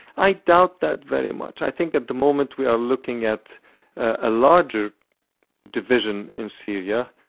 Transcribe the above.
i doubt that very much. i think at the moment we are looking at a larger division in syria,